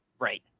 Right